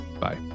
Bye